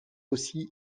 aussi